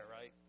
right